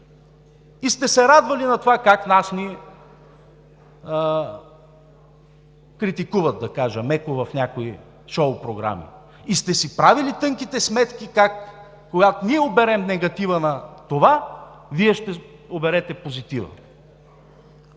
сте се на това как нас ни критикуват меко, да кажа, в някои шоу програми, и сте си правили тънките сметки, когато ние оберем негатива на това, как Вие ще оберете позитива.